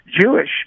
jewish